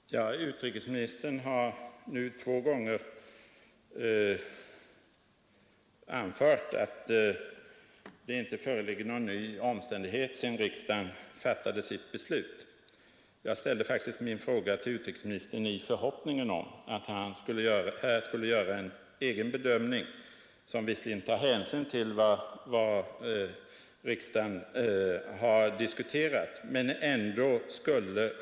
Herr talman! Utrikesministern har nu två gånger anfört att det inte indighet sedan riksdagen fattade sitt beslut. Jag föreligger någon ny om ställde faktiskt min fråga till utrikesministern i förhoppningen att han skulle göra en egen bedömning — som visserligen tar hänsyn till vad lv väga argumenten för och emot.